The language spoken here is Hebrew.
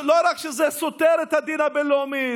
לא רק שזה סותר את הדין הבין-לאומי,